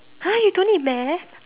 !huh! you don't need math